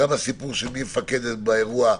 כולל הסיפור של מי המפקד באירוע הזה.